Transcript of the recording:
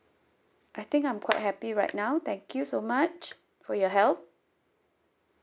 I think I'm quite happy right now thank you so much for your help